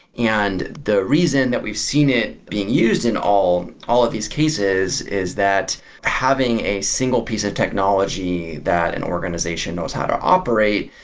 and the reason that we've seen it being used in all all of these cases is that having a single piece of technology that an organization knows how to operate,